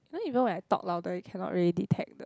know you know when I talk louder you cannot really detect the